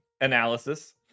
analysis